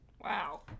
Wow